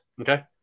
Okay